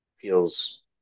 feels